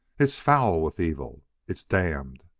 it's foul with evil! it's damned!